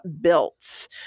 built